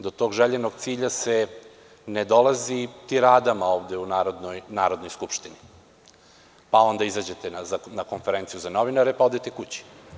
Do tog željenog cilja se ne dolazi tiradama ovde u Narodnoj skupštini, pa onda izađete na konferenciju za novinare, pa odete kući.